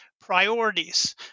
priorities